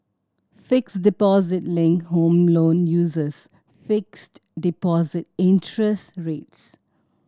fixed deposit linked Home Loan uses fixed deposit interest rates